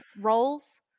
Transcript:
roles